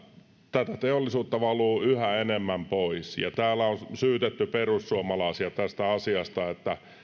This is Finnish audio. tätä teollisuutta valuu yhä enemmän pois täällä on syytetty perussuomalaisia tästä asiasta siitä että